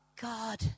God